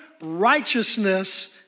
righteousness